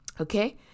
Okay